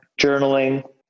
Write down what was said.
journaling